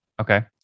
okay